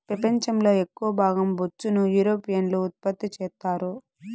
పెపంచం లో ఎక్కవ భాగం బొచ్చును యూరోపియన్లు ఉత్పత్తి చెత్తారు